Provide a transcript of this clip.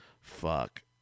Fuck